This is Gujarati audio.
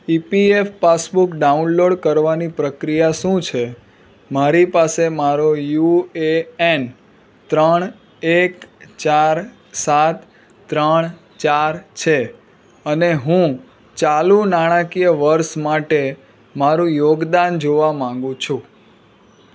ઇપીએફ પાસબુક ડાઉનલોડ કરવાની પ્રક્રિયા શું છે મારી પાસે મારો યુ એ એન ત્રણ એક ચાર સાત ત્રણ ચાર છે અને હું ચાલું નાણાકીય વર્ષ માટે મારું યોગદાન જોવા માગું છું